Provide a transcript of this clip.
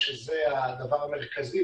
שזה כמובן הדבר המרכזי,